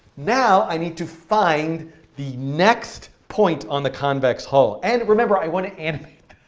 now i need to find the next point on the convex hull. and remember, i want to animate